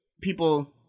people